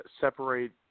separate